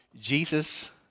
Jesus